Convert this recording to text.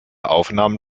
aufnahmen